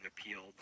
appealed